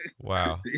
Wow